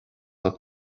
ucht